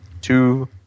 Two